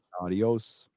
Adios